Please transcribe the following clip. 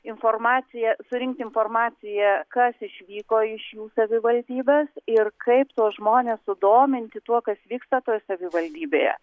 informaciją surinkt informaciją kas išvyko iš jų savivaldybės ir kaip tuos žmones sudominti tuo kas vyksta toj savivaldybėje